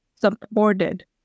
supported